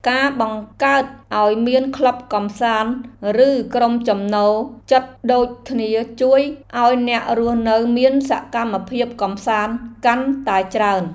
ការបង្កើតឱ្យមានក្លឹបកម្សាន្តឬក្រុមចំណូលចិត្តដូចគ្នាជួយឱ្យអ្នករស់នៅមានសកម្មភាពកម្សាន្តកាន់តែច្រើន។